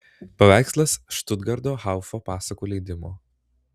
paveikslas štutgarto haufo pasakų leidimo